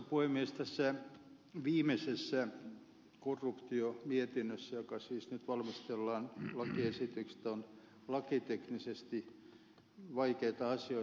tässä viimeisessä korruptiomietinnössä jota nyt siis valmistellaan lakiesitykset ovat lakiteknisesti vaikeita asioita